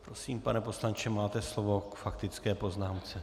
Prosím, pane poslanče, máte slovo k faktické poznámce.